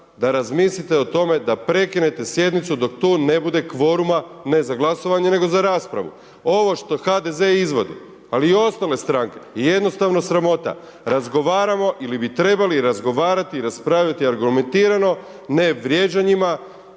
da razmislite o tome da prekinete sjednice dok tu ne bude kvoruma, ne za glasovanje, nego za raspravu. Ovo što HDZ izvodi, ali i ostale stranke je jednostavno sramota. Razgovaramo ili bi trebali razgovarati i raspraviti argumentirano, ne vrijeđanjima,